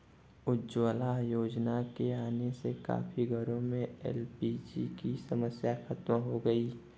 उज्ज्वला योजना के आने से काफी घरों में एल.पी.जी की समस्या खत्म हो गई